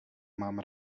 mám